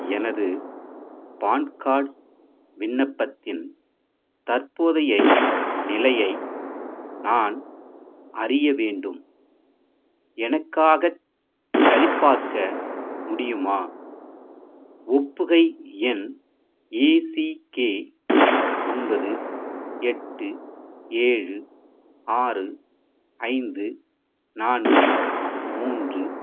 எனது PAN card விண்ணப்பத்தின் தற்போதைய நிலையை நான் அறிய வேண்டும் எனக்காகச் சரிபார்க்க முடியுமா ஒப்புகை எண் ஏ சி கே ஒன்பது எட்டு ஏழு ஆறு ஐந்து நான்கு மூன்று